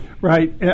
Right